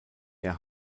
ihr